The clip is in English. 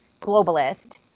globalist